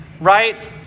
right